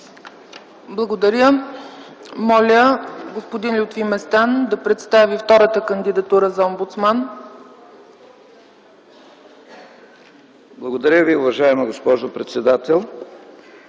Благодаря. Моля, господин Лютви Местан да представи втората кандидатура за омбудсман. ЛЮТВИ МЕСТАН (ДПС): Благодаря Ви, уважаема госпожо председател.